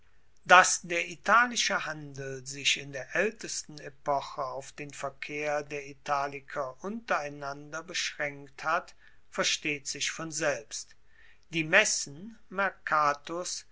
dass der italische handel sich in der aeltesten epoche auf den verkehr der italiker untereinander beschraenkt hat versteht sich von selbst die messen